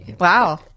Wow